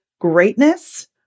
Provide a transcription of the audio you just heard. greatness